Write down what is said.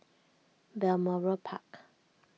Balmoral Park